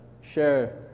share